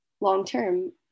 long-term